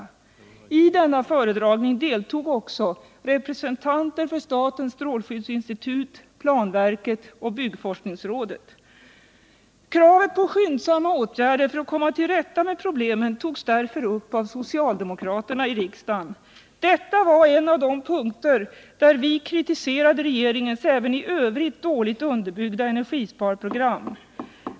I denna föredragning deltog också representanter för statens strålskyddsinstitut, planverket och byggforskningsrådet. Kravet på skyndsamma åtgärder för att komma till rätta med dessa problem togs därför upp av socialdemokraterna i riksdagen. Det var en av de punkter där vi kritiserade regeringens även i övrigt dåligt underbyggda energisparprogram.